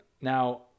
now